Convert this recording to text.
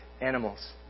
animals